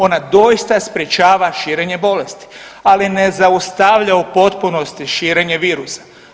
Ona doista sprječava širenje bolesti, ali ne zaustavlja u potpunosti širenje virusa.